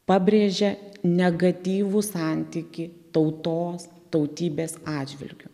pabrėžė negatyvų santykį tautos tautybės atžvilgiu